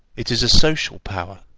it is a social power.